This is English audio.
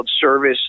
service